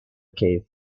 cave